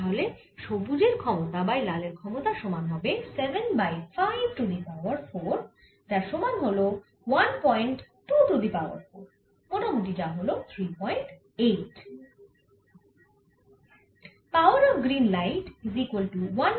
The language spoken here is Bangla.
তাহলে সবুজের ক্ষমতা বাই লালের ক্ষমতা সমান হবে 7 বাই 5 টু দি পাওয়ার 4 যার সমান হল 12 টু দি পাওয়ার 4 মোটামুটি যা হল 38